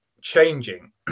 changing